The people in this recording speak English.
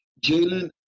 Jalen